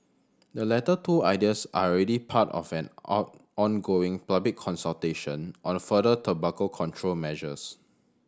the latter two ideas are already part of an on ongoing public consultation on further tobacco control measures